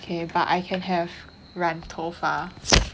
okay but I can have 染头发